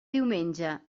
diumenge